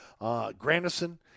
Granderson